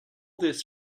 this